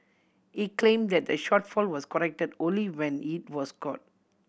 he claimed that the shortfall was corrected only when it was caught